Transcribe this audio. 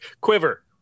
Quiver